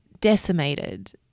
decimated